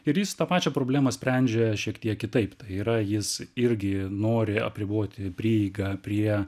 ir jis tą pačią problemą sprendžia šiek tiek kitaip tai yra jis irgi nori apriboti prieigą prie